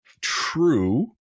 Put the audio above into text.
true